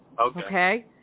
Okay